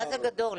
מה זה "גדול"?